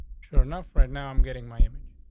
sure enough, right now i'm getting my image.